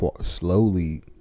slowly